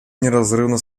неразрывно